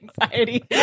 anxiety